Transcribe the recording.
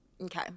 okay